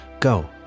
Go